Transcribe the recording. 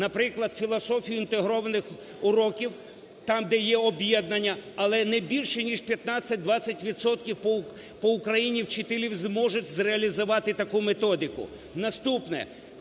наприклад, філософію інтегрованих уроків, там, де є об'єднання, але не більше, ніж 15-20 відсотків по Україні вчителів зможуть зреалізувати таку методику.